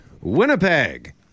Winnipeg